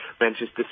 Manchester